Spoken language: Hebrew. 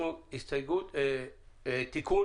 הכנסנו תיקון